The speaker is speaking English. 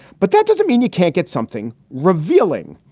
but that doesn't mean you can't get something revealing.